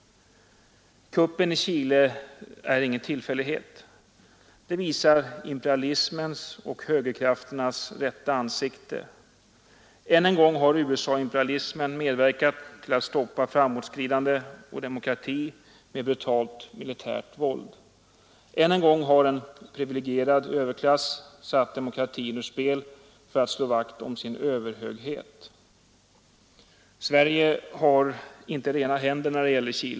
Kuppen i Chile är ingen tillfällighet. Den visar imperialismens och högerkrafternas rätta ansikte. Än en gång har USA-imperialismen medverkat till att stoppa framåtskridande och demokrati med brutalt militärt våld. Än en gång har en privilegierad överklass satt demokratin ur spel för att slå vakt om sin överhöghet. Sverige har inte rena händer när det gäller Chile.